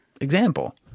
example